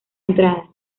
entrada